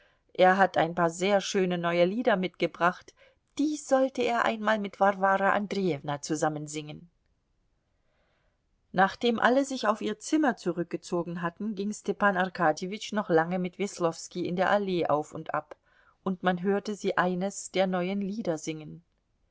er hat ein paar sehr schöne neue lieder mitgebracht die sollte er einmal mit warwara andrejewna zusammen singen nachdem alle sich auf ihr zimmer zurückgezogen hatten ging stepan arkadjewitsch noch lange mit weslowski in der allee auf und ab und man hörte sie eines der neuen lieder singen